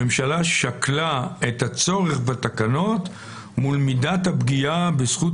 הממשלה שקלה את הצורך בתקנות מול מידת הפגיעה בזכות